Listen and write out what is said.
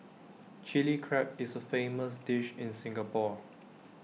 Chilli Crab is A famous dish in Singapore